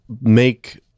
make